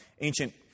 ancient